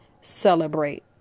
celebrate